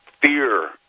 fear